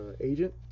agent